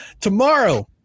tomorrow